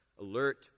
alert